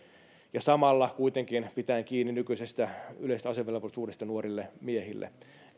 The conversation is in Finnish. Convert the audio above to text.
samalla kuitenkin pidettäisiin kiinni nykyisestä yleisestä asevelvollisuudesta nuorille miehille